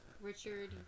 Richard